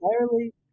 entirely